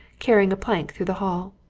carrying a plank through the hall.